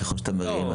ככל שאתה מרים,